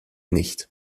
nicht